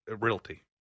realty